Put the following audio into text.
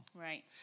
Right